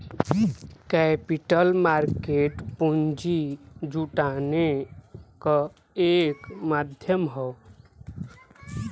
capital market पूंजी जुटाने क एक माध्यम हौ